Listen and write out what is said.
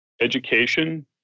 education